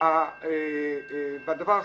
והדבר האחרון,